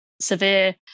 severe